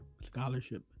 scholarship